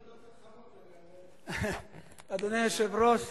אם, חכמות,